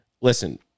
listen